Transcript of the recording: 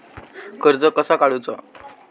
कर्ज कसा काडूचा?